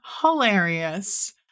hilarious